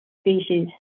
species